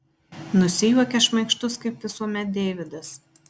nusijuokia šmaikštus kaip visuomet deividas